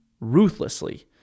ruthlessly